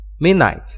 midnight